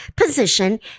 position